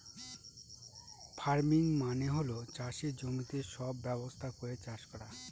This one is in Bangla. ফার্মিং মানে হল চাষের জমিতে সব ব্যবস্থা করে চাষ করা